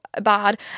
bad